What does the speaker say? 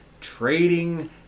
Trading